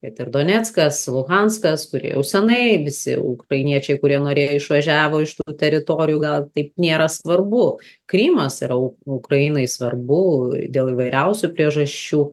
kad ir doneckas luhanskas kurie jau senai visi ukrainiečiai kurie norėjo išvažiavo iš tų teritorijų gal taip nėra svarbu krymas yra u ukrainai svarbu dėl įvairiausių priežasčių